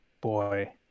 Boy